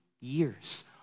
years